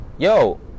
Yo